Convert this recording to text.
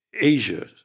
Asia